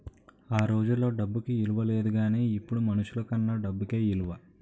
ఆ రోజుల్లో డబ్బుకి ఇలువ లేదు గానీ ఇప్పుడు మనుషులకన్నా డబ్బుకే ఇలువ